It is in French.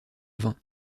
vingt